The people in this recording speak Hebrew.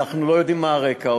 אנחנו עוד לא יודעים מה הרקע.